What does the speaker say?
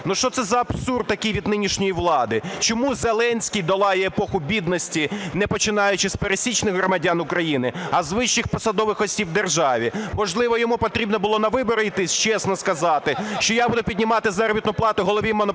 Що це за абсурд такий від нинішньої влади? Чому Зеленський долає "епоху бідності", не починаючи з пересічних громадян України, а з вищих посадових осіб держави? Можливо, йому потрібно було на вибори йти і чесно сказати, що я буду піднімати заробітну плату Голові Антимонопольного